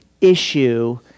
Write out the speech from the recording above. issue